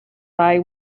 eye